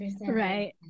Right